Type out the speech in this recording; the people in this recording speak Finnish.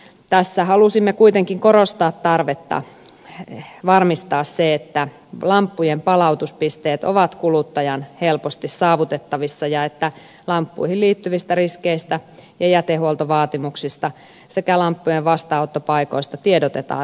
tässä halusimme kuitenkin korostaa tarvetta varmistaa se että lamppujen palautuspisteet ovat kuluttajan helposti saavutettavissa ja että lamppuihin liittyvistä riskeistä ja jätehuoltovaatimuksista sekä lamppujen vastaanottopaikoista tiedotetaan riittävästi